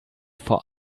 vor